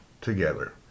together